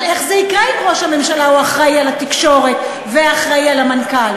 אבל איך זה יקרה אם ראש הממשלה הוא אחראי לתקשורת ואחראי למנכ"ל?